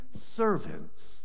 servants